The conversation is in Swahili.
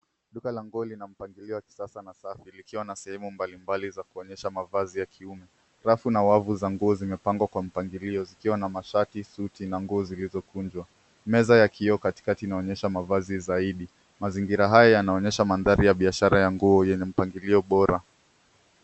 Duka la nguo lina mpangilio wa kisasa na safi likiwa na sehemu mbalimbali za kuonyesha mavazi ya kiume. Rafu na wavu za nguo zimepangwa kwa mpangilio zikiwa na mashati, suti, na nguo zilizokunjwa. Meza ya kioo katikakati inaonyesha mavazi zaidi. Mazingira haya yanaonyesha mandhari ya biashara ya nguo yenye mpangilio bora.